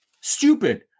stupid